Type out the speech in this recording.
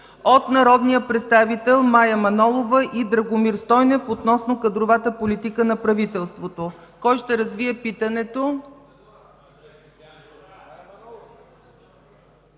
от народните представители Мая Манолова и Драгомир Стойнев относно кадровата политика на правителството. Кой ще развие питането?